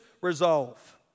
resolve